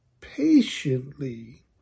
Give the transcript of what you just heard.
patiently